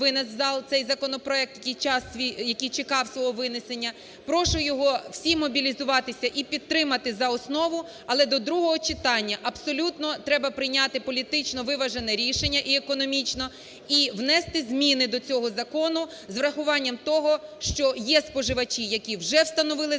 у зал цей законопроект, який час свій… який чекав свого винесення. Прошу його… всім мобілізуватися і підтримати за основу. Але до другого читання абсолютно треба прийняти політично виважене рішення і економічно, і внести зміни до цього закону з урахуванням того, що є споживачі, які вже встановили за